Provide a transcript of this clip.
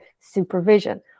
supervision